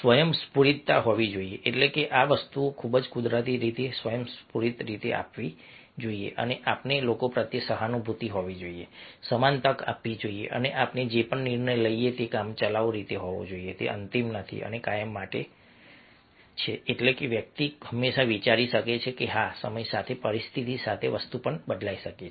સ્વયંસ્ફુરિતતા હોવી જોઈએ એટલે કે આ વસ્તુઓ ખૂબ જ કુદરતી રીતે સ્વયંસ્ફુરિત રીતે આવવી જોઈએ અને આપણને લોકો પ્રત્યે સહાનુભૂતિ હોવી જોઈએ સમાન તક આપવી જોઈએ અને આપણે જે પણ નિર્ણય લઈએ તે કામચલાઉ રીતે હોવો જોઈએ તે અંતિમ નથી અને કાયમ માટે છે એટલે કે વ્યક્તિ હંમેશા વિચારી શકે છે કે હા સમય સાથે પરિસ્થિતિ સાથે વસ્તુઓ બદલાઈ શકે છે